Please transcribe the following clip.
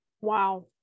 wow